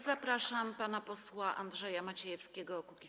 Zapraszam pana posła Andrzeja Maciejewskiego, Kukiz’15.